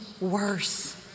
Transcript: worse